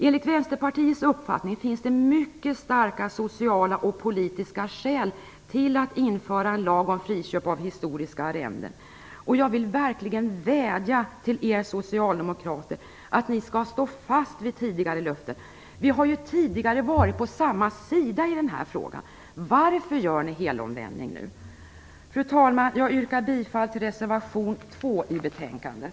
Enligt Vänsterpartiets uppfattning finns det mycket starka sociala och politiska skäl till att införa en lag om friköp av historiska arrenden. Jag vill verkligen vädja till er socialdemokrater att stå fast vid tidigare löften. Vi har ju tidigare varit på samma sida i den här frågan! Varför gör ni nu en helomvändning? Fru talman! Jag yrkar bifall till reservation 2 i betänkandet.